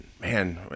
man